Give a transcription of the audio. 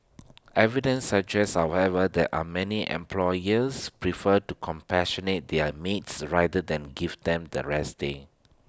evidence suggests however there are many employers prefer to compassionate their maids rather than give them that rest day